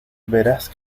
verás